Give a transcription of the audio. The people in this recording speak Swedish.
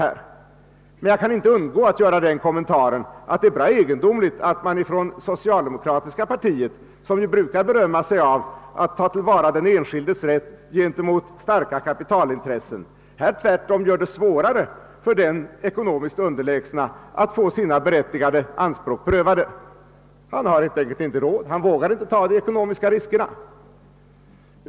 Jag kan dock inte undgå att göra den kommentaren att det är bra egendomligt, att man inom det socialdemokratiska partiet, som brukar berömma sig av att ta till vara den enskildes rätt gentemot starka kapitalintressen, i detta fall tvärtom gör det svårare för den ekonomiskt underlägsne att få sina berättigade anspråk prövade. Han har helt enkelt inte råd; han vågar inte ta de ekonomiska riskerna.